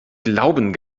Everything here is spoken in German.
glauben